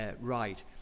right